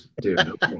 dude